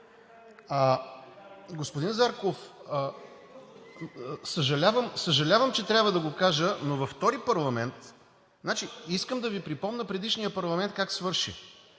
Господин Зарков, съжалявам, че трябва да го кажа, но във втори парламент – искам да Ви припомня предишният парламент как свърши.